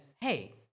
hey